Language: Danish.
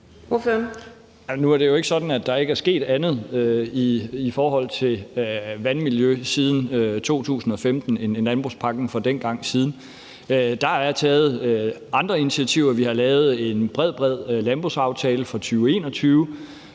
Nu er det jo ikke sådan, at der ikke er sket andet i forhold til vandmiljø siden 2015 end landbrugspakken fra dengang. Der er taget andre initiativer. Vi har lavet en bred landbrugsaftale fra 2021,